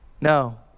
No